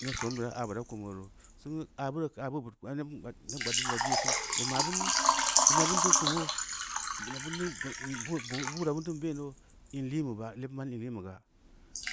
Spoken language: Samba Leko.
Neb soon bira aa bur akum neureu roo singu, aa boo aa neb gbaad bin bira dil yee kin bu ma’ bin ni-? Ina bin teu kum yoo, ina bin teu buro bun teu be n yoo in liin beu bo leb n ban in liin beu ga,